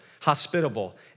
hospitable